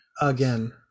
Again